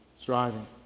striving